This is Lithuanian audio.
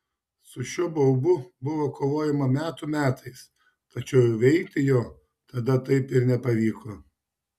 su šiuo baubu buvo kovojama metų metais tačiau įveikti jo tada taip ir nepavyko